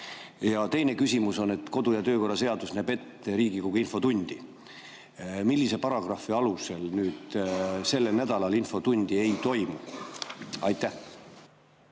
Teine küsimus on, et kodu‑ ja töökorra seadus näeb ette Riigikogu infotundi. Millise paragrahvi alusel sellel nädalal infotundi ei toimu? Aitäh!